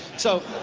so